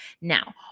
Now